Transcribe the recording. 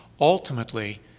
ultimately